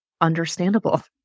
Understandable